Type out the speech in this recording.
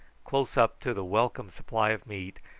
close up to the welcome supply of meat,